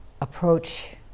approach